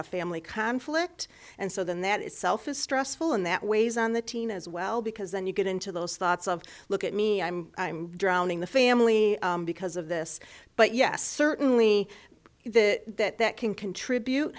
of family conflict and so then that itself is stressful and that weighs on the teen as well because then you get into those thoughts of look at me i'm i'm drowning the family because of this but yes certainly that that can contribute